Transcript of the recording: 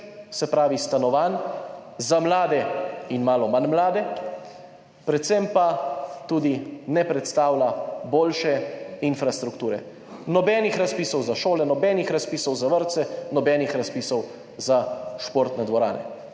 se pravi stanovanj za mlade in malo manj mlade, predvsem pa tudi ne predstavlja boljše infrastrukture, nobenih razpisov za šole, nobenih razpisov za vrtce, nobenih razpisov za športne dvorane.